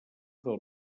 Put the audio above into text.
del